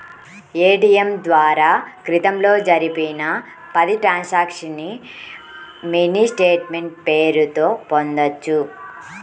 ATM ద్వారా క్రితంలో జరిపిన పది ట్రాన్సక్షన్స్ ని మినీ స్టేట్ మెంట్ పేరుతో పొందొచ్చు